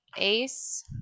Ace